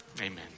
Amen